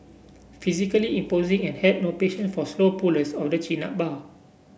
physically imposing and had no patience for slow pullers of the chin up bar